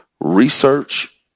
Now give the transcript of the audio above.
research